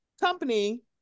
company